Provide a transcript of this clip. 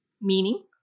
meaning